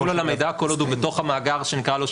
זה יחול על המידע כל עוד הוא בתוך המאגר שנקרא לו,